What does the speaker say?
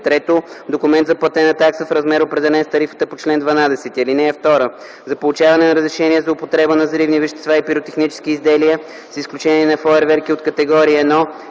3. документ за платена такса в размер, определен с тарифата по чл. 12. (2) За получаване на разрешение за употреба на взривни вещества и пиротехнически изделия, с изключение на фойерверки от категория 1,